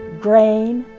grain,